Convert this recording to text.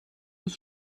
des